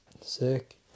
Sick